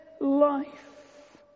life